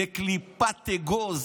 בקליפת אגוז,